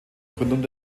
gründung